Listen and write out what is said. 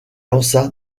lança